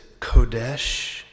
Kodesh